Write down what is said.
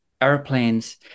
airplanes